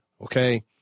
Okay